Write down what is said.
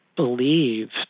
believed